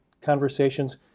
Conversations